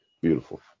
beautiful